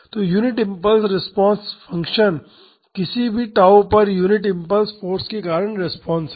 तो unit impulse response function किसी समय tau पर यूनिट इम्पल्स फाॅर्स के कारण रिस्पांस है